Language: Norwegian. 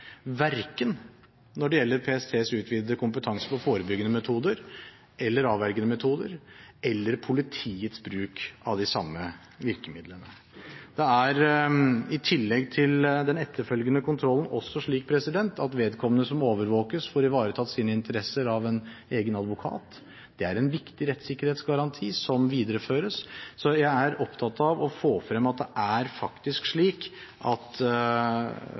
verken når det gjelder PSTs utvidede kompetanse på forebyggende eller avvergende metoder eller politiets bruk av de samme virkemidlene. Det er i tillegg til den etterfølgende kontrollen også slik at vedkommende som overvåkes, får ivaretatt sine interesser av en egen advokat. Det er en viktig rettssikkerhetsgaranti, som videreføres. Så jeg er opptatt av å få frem at det faktisk er slik at